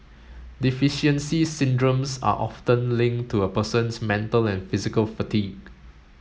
deficiency syndromes are often linked to a person's mental and physical fatigue